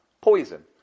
Poison